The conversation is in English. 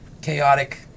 chaotic